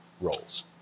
roles